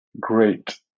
great